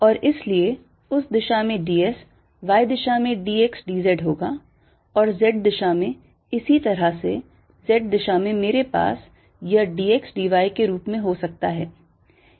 और इसलिए उस दिशा में ds y दिशा में dx dz होगा और z दिशा में इसी तरह से z दिशा में मेरे पास यह d x d y के रूप में हो सकता है